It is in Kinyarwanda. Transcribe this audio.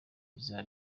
bizaba